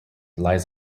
lies